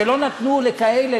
שלא נתנו לכאלה,